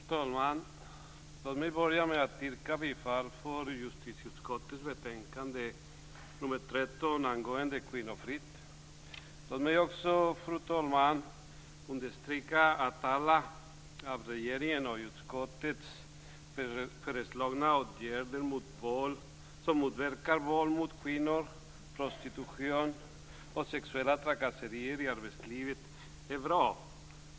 Fru talman! Låt mig börja med att yrka bifall till justitieutskottets betänkande nr 13 angående kvinnofrid. Låt mig också, fru talman, understryka att alla av regeringen och utskottet föreslagna åtgärder som motverkar våld mot kvinnor, prostitution och sexuella trakasserier i arbetslivet är bra.